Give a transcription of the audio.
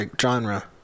genre